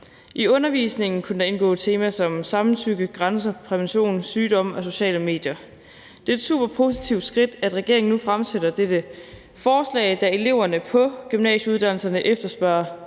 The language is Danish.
I undervisningen kunne der indgå temaer som samtykke, grænser, prævention, sygdomme og sociale medier. Det er et superpositivt skridt, at regeringen nu fremsætter dette forslag, da eleverne på gymnasieuddannelserne efterspørger